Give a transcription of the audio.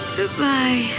Goodbye